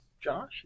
josh